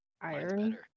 Iron